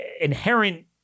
inherent